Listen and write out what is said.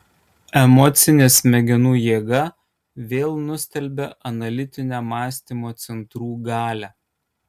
emocinė smegenų jėga vėl nustelbia analitinę mąstymo centrų galią